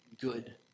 good